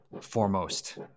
foremost